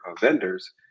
vendors